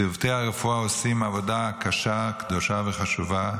צוותי הרפואה עושים עבודה קשה, קדושה וחשובה,